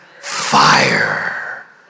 fire